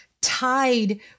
tied